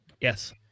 Yes